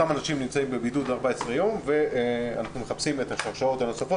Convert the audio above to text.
אותם אנשים נמצאים בבידוד 14 ימים ואנחנו מחפשים את השרשראות הנוספות,